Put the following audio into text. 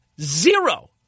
Zero